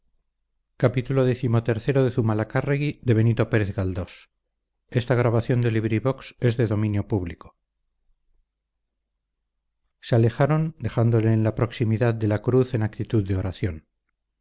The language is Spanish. se alejaron dejándole en la proximidad de la cruz en actitud de oración